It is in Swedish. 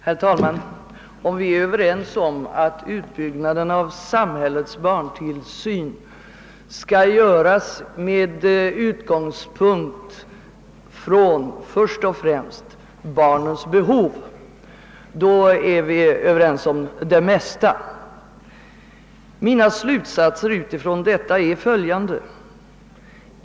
Herr talman! Om vi är överens om att utbyggnaden av samhällets barntillsyn bör göras med utgångspunkt först och. främst från barnens behov, då är vi överens om det mesta. Mina slutsatser utifrån detta är följande.